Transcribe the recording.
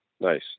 Nice